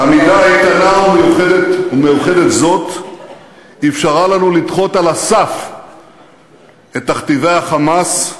עמידה איתנה ומאוחדת זו אפשרה לנו לדחות על הסף את תכתיבי ה"חמאס",